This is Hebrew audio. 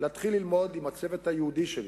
אני אתחיל ללמוד עם הצוות היהודי שלי,